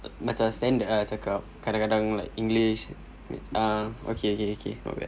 macam standard ah cakap english ah okay okay not bad